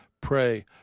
pray